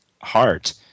heart